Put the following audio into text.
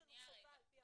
יש לנו חובה, על פי החוק.